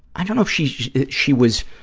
i don't know if she she was